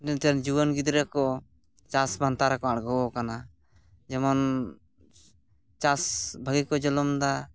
ᱱᱮᱛᱟᱨ ᱡᱩᱣᱟᱹᱱ ᱜᱤᱫᱽᱨᱟᱹᱠᱚ ᱪᱟᱥ ᱯᱟᱱᱛᱷᱟ ᱨᱮᱠᱚ ᱟᱲᱜᱳ ᱟᱠᱟᱱᱟ ᱡᱮᱢᱚᱱ ᱪᱟᱥ ᱵᱷᱟᱹᱜᱤᱠᱚ ᱪᱚᱞᱚᱱ ᱮᱫᱟ